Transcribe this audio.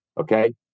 Okay